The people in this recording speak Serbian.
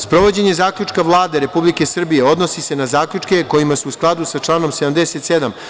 Sprovođenje Zaključka Vlade Republike Srbije odnosi se na zaključke kojima se, u skladu sa članom 77.